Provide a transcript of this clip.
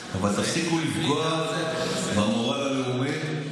אבל תפסיקו לפגוע במורל הלאומי,